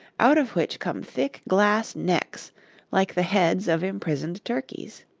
out of which come thick glass necks like the heads of imprisoned turkeys.